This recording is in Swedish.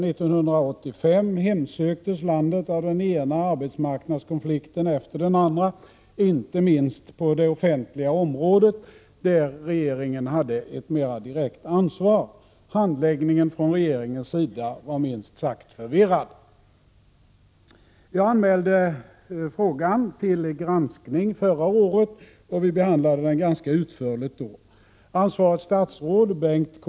1985 hemsöktes landet av den ena arbetsmarknadskonflikten efter den andra, inte minst på det offentliga området, där regeringen hade ett mer direkt ansvar. Handläggningen från regeringens sida var minst sagt förvirrad. Jag anmälde frågan till granskning förra året, och vi behandlade den ganska utförligt då. Ansvarigt statsråd, Bengt K.